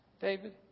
David